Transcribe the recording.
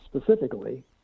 specifically